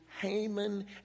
Haman